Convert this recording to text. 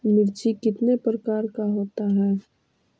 मिर्ची कितने प्रकार का होता है?